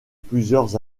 plusieurs